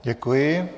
Děkuji.